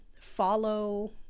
follow